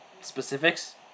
specifics